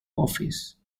office